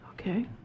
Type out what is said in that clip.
Okay